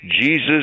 Jesus